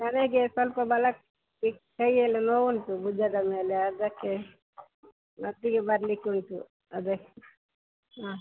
ನನಗೆ ಸ್ವಲ್ಪ ಬಲಕ್ಕೆ ದಿಕ್ಕು ಕೈಯೆಲ್ಲ ನೋವು ಉಂಟು ಭುಜದ ಮೇಲೆ ಅದಕ್ಕೆ ಮತ್ತೀಗ ಬರ್ಲಿಕ್ಕೆ ಉಂಟು ಅದಕ್ಕೆ ಹಾಂ